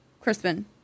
Crispin